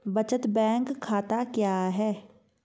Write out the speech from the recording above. बचत बैंक खाता क्या है?